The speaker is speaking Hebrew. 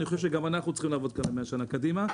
אני חושב שגם אנחנו צריכים לעבוד כאן ל-100 שנה קדימה.